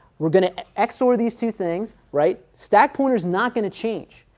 we're going to xor these two things, right. stack pointer's not going to change.